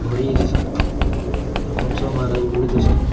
ଭରି ହୋଇଯାଇ ଥିସନ୍ ଆଉ କଂସ ମହାରାଜ ବୁଲୁ ଥିସନ୍